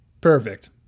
Perfect